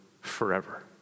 forever